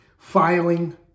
filing